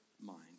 mind